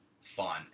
fun